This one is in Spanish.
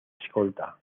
escolta